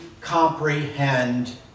comprehend